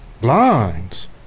blinds